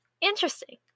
interesting